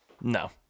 No